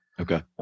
okay